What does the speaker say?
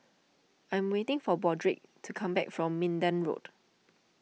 I am waiting for Broderick to come back from Minden Road